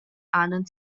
аанын